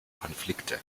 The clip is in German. konflikte